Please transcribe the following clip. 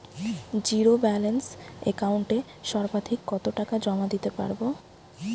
Zero balance একাউন্টে সর্বাধিক কত টাকা জমা দিতে পারব?